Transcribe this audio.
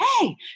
hey